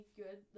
good